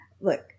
look